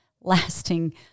lasting